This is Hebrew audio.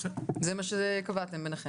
זה מה שקבעתם ביניכם.